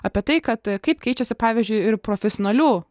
apie tai kad kaip keičiasi pavyzdžiui ir profesionalių